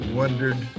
wondered